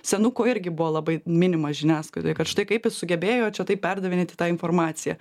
senuko irgi buvo labai minimas žiniasklaidoj kad štai kaip jis sugebėjo čia taip perdavinėti tą informaciją